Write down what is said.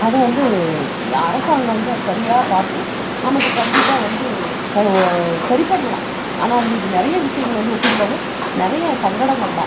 அது வந்து அரசாங்கம் வந்து அது சரியாக பார்த்து நமக்கு கண்டிப்பாக வந்து கை ஓ சரி பண்ணலாம் ஆனால் வந்து இது நிறையே விஷயங்கள் வந்து ஒப்பிட்டு பார்க்கவும் நிறையா சங்கடங்கள் தான்